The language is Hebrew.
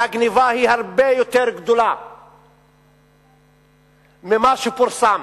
והגנבה היא הרבה יותר רחבה ממה שפורסם,